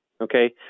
Okay